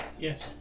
Yes